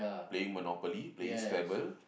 playing Monopoly playing Scrabble